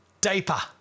diaper